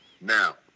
Now